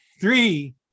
Three